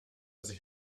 sich